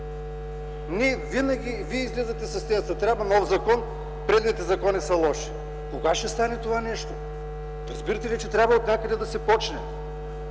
закони? Вие излизате с тезата: трябва нов закон, предните закони са лоши. Кога ще стане това нещо? Разбирате ли, че отнякъде трябва да се започне?